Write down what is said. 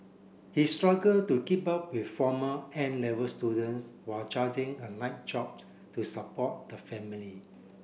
he struggle to keep up with former N Level students while a night job to support the family